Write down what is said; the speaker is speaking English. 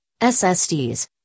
SSDs